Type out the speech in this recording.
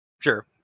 Sure